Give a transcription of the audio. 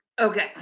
Okay